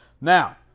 Now